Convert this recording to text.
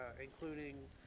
including